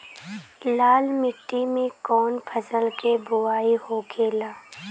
लाल मिट्टी में कौन फसल के बोवाई होखेला?